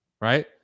Right